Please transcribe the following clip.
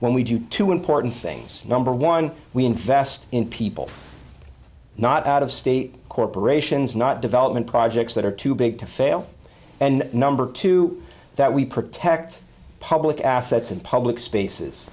and we do two important things number one we invest in people not out of state corporations not development projects that are too big to fail and number two that we protect public assets and public spaces